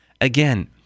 Again